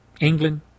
England